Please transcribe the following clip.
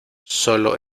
sólo